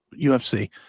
UFC